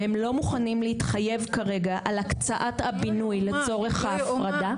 והם לא מוכנים להתחייב כרגע על הקצאת הבינוי לצורך ההפרדה.